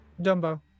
Dumbo